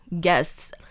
guests